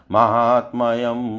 Mahatmayam